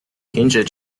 停止